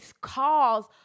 cause